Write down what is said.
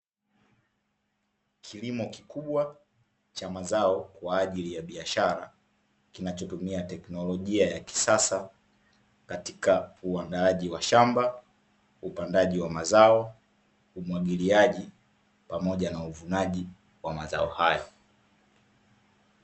Kilimo kikubwa cha mazao kwa ajili ya biashara kinachotumia teknolojia ya kisasa katika uandaaji wa shamba, upandaji wa mazao, umwagiliaji pamoja na uvunaji wa mazao hayo.